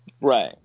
Right